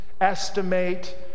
estimate